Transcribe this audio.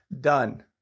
done